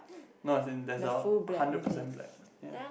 no as in there's a hundred percent black ya